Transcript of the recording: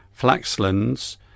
Flaxlands